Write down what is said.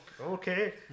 Okay